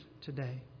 today